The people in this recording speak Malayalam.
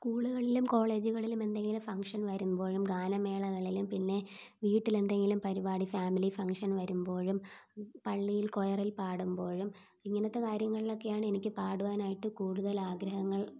സ്കൂളുകളിലും കോളേജുകളിലും എന്തെങ്കിലും ഫങ്ങ്ഷൻ വരുമ്പോഴും ഗാനമേളകളിലും പിന്നെ വീട്ടിൽ എന്തെങ്കിലും പരിപാടി ഫാമിലി ഫങ്ങ്ഷൻ വരുമ്പോഴും പള്ളിയിൽ കൊയറിൽ പാടുമ്പോഴും ഇങ്ങനത്തെ കാര്യങ്ങളിലൊക്കെയാണ് എനിക്ക് പാടുവാൻ ആയിട്ട് കൂടുതൽ ആഗ്രഹങ്ങൾ